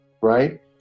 right